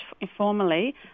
informally